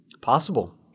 possible